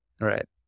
Right